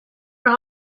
were